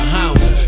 house